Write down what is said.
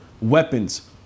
weapons